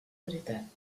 veritat